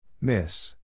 Miss